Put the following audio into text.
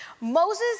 Moses